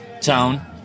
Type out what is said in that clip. town